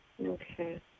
Okay